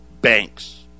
banks